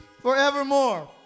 forevermore